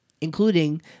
including